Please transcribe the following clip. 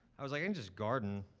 i was like, i can just garden.